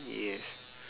yes